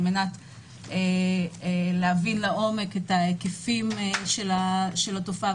על מנת להבין לעומק את ההיקפים של התופעה,